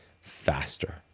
faster